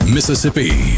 Mississippi